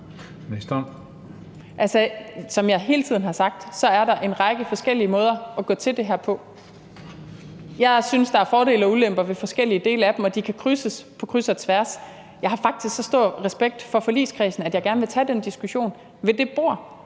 som jeg hele tiden har sagt, er der en række forskellige måder at gå til det her på. Jeg synes, der er fordele og ulemper ved forskellige dele af dem, og de kan krydses på kryds og tværs. Jeg har faktisk så stor respekt for forligskredsen, at jeg gerne vil tage den diskussion ved det bord,